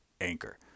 Anchor